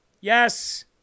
Yes